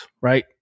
right